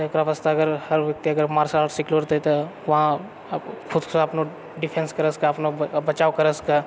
तऽ एकरा वास्ते अगर हर व्यक्ति अगर मार्शल आर्ट सिखलो रहतै तऽ वहाँ खुदसँ अपनो डिफेन्स करए सकए अपनो बचाव करए सकए